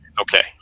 Okay